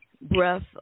breath